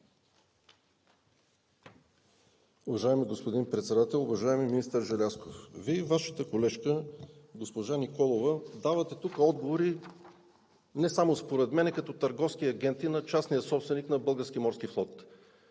Уважаеми господин Председател! Уважаеми министър Желязков, Вие и Вашата колежка госпожа Николова давате тук отговори, не само според мен, като търговски агенти на частния собственик на